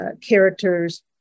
characters